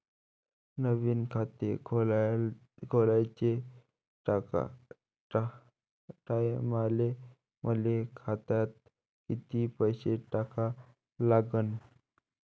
नवीन खात खोलाच्या टायमाले मले खात्यात कितीक पैसे टाका लागन?